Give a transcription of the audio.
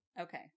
Okay